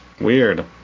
Weird